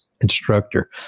instructor